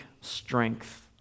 strength